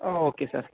okay sir